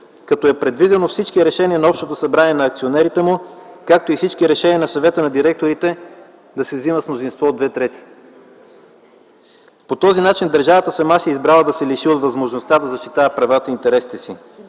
като е предвидено всички решения на Общото събрание на акционерите му, както и всички решения на Съвета на директорите да се вземат с мнозинство от две трети? По този начин държавата сама си е избрала да се лиши от възможността да защитава правата и интересите си.